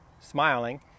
Smiling